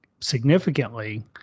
significantly